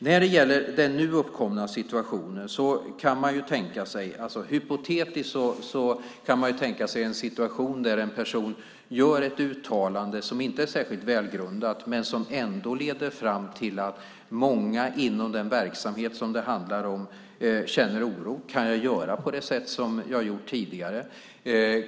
När det gäller den nu uppkomna situationen kan man hypotetiskt tänka sig en situation där en person gör ett uttalande som inte är särskilt välgrundat men som ändå leder fram till att många inom den verksamhet som det handlar om känner oro: Kan jag göra på det sätt som jag har gjort tidigare?